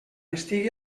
estigui